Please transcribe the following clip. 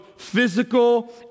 physical